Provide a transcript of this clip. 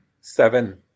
seven